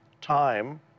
time